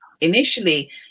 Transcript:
initially